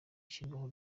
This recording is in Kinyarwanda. ishyirwaho